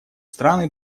страны